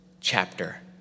chapter